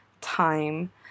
time